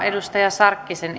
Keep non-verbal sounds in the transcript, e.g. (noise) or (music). edustaja sarkkisen (unintelligible)